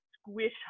squish